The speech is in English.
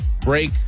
break